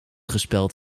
gespeld